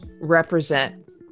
represent